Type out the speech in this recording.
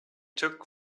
took